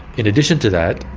in addition to that,